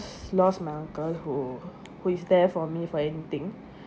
lost my uncle who who is there for me for anything